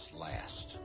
last